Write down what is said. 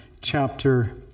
chapter